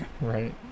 Right